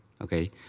okay